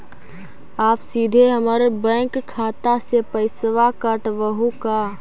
आप सीधे हमर बैंक खाता से पैसवा काटवहु का?